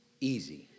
easy